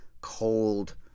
cold